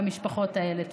במשפחות האלה.